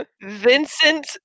vincent